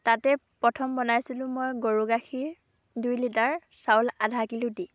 তাতে প্ৰথম বনাইছিলোঁ মই গৰু গাখীৰ দুই লিটাৰ চাউল আধাকিলো দি